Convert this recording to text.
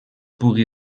pugui